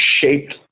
shaped